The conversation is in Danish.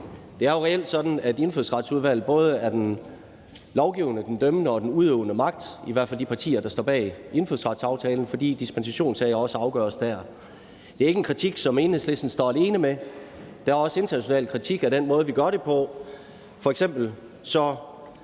Det er reelt sådan, at Indfødsretsudvalget både er den lovgivende, den dømmende og den udøvende magt – i hvert fald de partier, der står bag indfødsretsaftalen – fordi dispensationssager også afgøres der. Det er ikke en kritik, som Enhedslisten står alene med. Der er også international kritik af den måde, vi gør det på. F.eks. siger